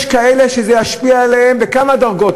יש כאלה שזה ישפיע עליהם בכמה דרגות,